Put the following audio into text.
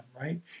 right